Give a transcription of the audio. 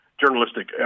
journalistic